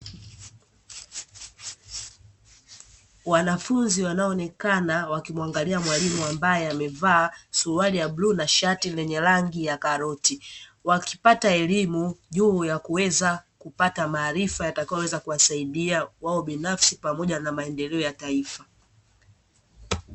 Wanafunzi wanaonekana wakimwangalia mwalimu, ambaye amevaa suruali ya bluu na shati lenye rangi ya karoti, wakipata elimu juu ya kuweza kupata maarifa yatakayoweza kuwasaidia wao binafsi pamoja na maendeleo ya taifa.